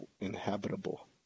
inhabitable